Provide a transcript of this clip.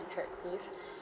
unattractive